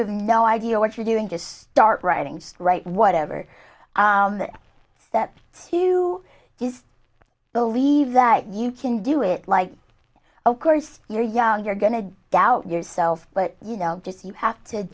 have no idea what you're doing just start writing right whatever that you just believe that you can do it like of course you're young you're going to doubt yourself but you know just you have to